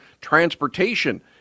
transportation